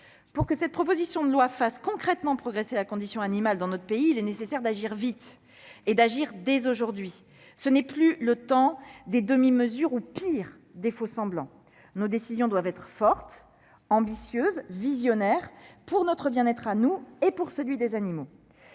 Pour que le texte fasse concrètement progresser la condition animale dans notre pays, il est nécessaire d'agir vite, et d'agir dès aujourd'hui. Ce n'est plus le temps des demi-mesures ou, pis, des faux-semblants. Nos décisions doivent être fortes, ambitieuses, visionnaires, pour notre bien-être à nous et pour celui des animaux.